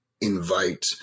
invite